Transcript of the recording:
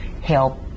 help